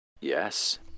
Yes